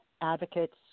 advocates